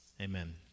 Amen